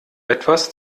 etwas